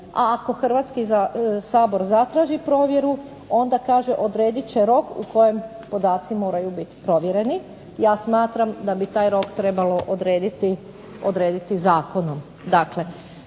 a ako Hrvatski sabor zatraži provjeru onda kaže odredit će rok u kojem podaci moraju biti provjereni. Ja smatram da bi taj rok trebalo odrediti zakonom.